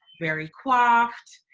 very coiffed,